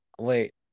Wait